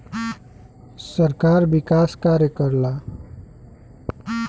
सरकार विकास कार्य करला